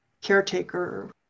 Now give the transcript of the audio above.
caretaker